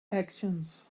actions